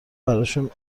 براشون